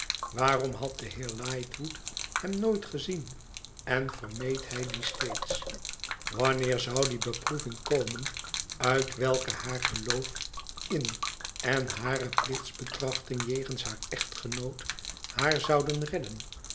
waarom had de heer lightwood hem nooit gezien en vermeed hij dien steeds wanneer zou die beproeving komen uit welke haar geloof in en hare plichtsbetrachting jegens haar echtgenoot haar zouden redden